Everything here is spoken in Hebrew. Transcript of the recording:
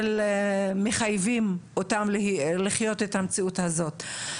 מחייבים אותם לחיות את המציאות הזאת.